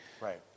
Right